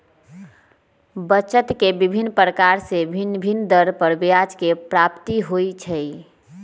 बचत के विभिन्न प्रकार से भिन्न भिन्न दर पर ब्याज के प्राप्ति होइ छइ